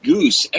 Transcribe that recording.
Goose